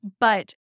But-